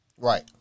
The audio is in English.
Right